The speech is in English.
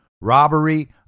robbery